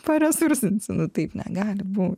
paresursinsiu nu taip negali būt